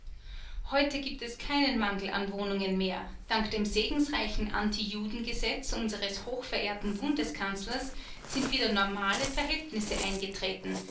heute gibt es keinen mangel an wohnungen mehr dank dem segensreichen antijudengesetz unseres hochverehrten bundeskanzlers sind wieder normale verhältnisse eingetreten